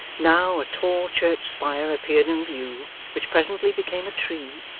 now, a tall church spire appeared in view, which presently became a tree,